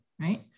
right